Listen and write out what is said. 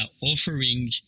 offering